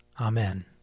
Amen